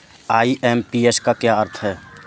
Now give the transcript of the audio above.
IMPS का क्या अर्थ है?